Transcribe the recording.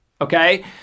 okay